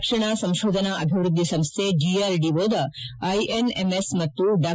ರಕ್ಷಣಾ ಸಂಶೋಧನಾ ಅಭಿವೃದ್ಧಿ ಸಂಶೈ ಡಿಆರ್ಡಿಒದ ಐಎನ್ಎಂಎಎಸ್ ಮತ್ತು ಡಾ